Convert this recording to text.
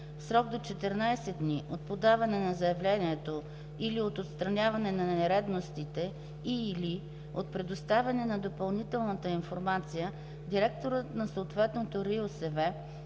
срок до 14 дни от подаване на заявлението или от отстраняване на нередовностите, и/или от предоставянето на допълнителната информация директорът на съответната РИОСВ